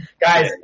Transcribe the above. guys